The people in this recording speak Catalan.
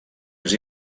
més